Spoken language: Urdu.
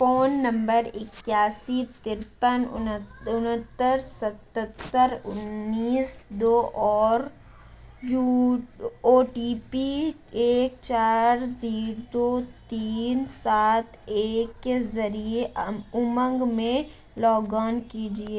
فون نمبر اکیاسی ترپن انہتر ستتر انیس دو اور یو او ٹی پی ایک چار زیرو تین سات ایک کے ذریعے امنگ میں لاگ آن کیجیے